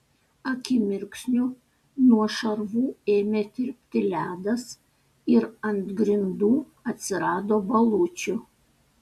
akimirksniu nuo šarvų ėmė tirpti ledas ir ant grindų atsirado balučių